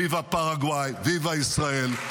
ויווה פרגוואי, ויווה ישראל.